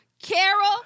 Carol